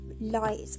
light